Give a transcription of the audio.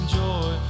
joy